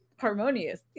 harmonious